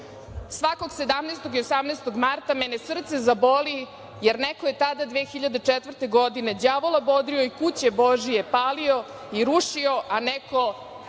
„Svakog 17. i 18. marta mene srce zaboli, jer neko je tada 2004. godine đavola bodrio i kuće božije palio i rušio a neko